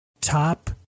top